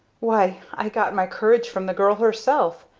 why i got my courage from the girl herself.